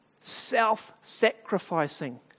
self-sacrificing